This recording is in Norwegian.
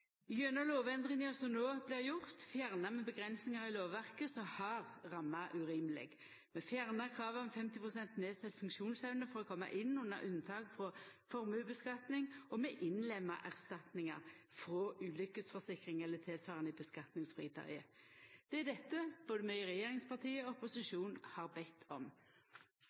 Gjennom lovendringa som no vart gjort, fjernar vi avgrensingar i lovverket som har ramma urimeleg. Vi fjernar kravet om 50 pst. nedsett funksjonsevne for å koma inn under unntak på formuesskattlegging, og vi innlemmar erstatningar frå ulykkesforsikring eller tilsvarande i skattleggingsfritaket. Det er dette både vi i regjeringspartia og opposisjonen har bedt om.